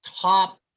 top